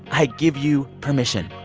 i give you permission.